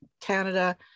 Canada